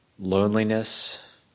loneliness